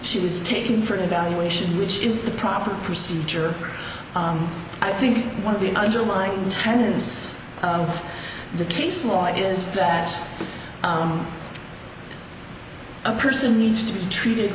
she was taken for an evaluation which is the proper procedure i think one of the underlying ten ends of the case law is that a person needs to be treated